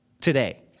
today